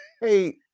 Hey